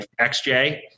XJ